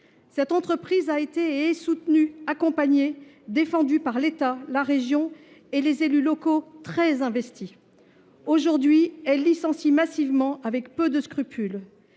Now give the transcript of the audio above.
Cette entreprise a été et est soutenue, accompagnée, défendue par l'État, la région et les élus locaux très investis. Aujourd'hui, elle licencie massivement avec peu de scrupules.